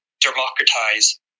democratize